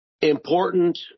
important